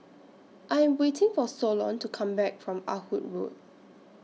I Am waiting For Solon to Come Back from Ah Hood Road